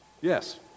Yes